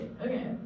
Okay